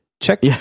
Check